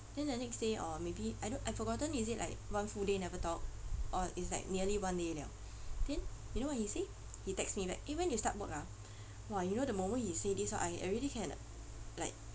then the next day or maybe I don't I've forgotten is it like one full day never talk or it's like nearly one day liao then you know what he say he texted me back eh when you start work ah !wah! you know the moment he say this ah I already can like like